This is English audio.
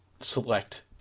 select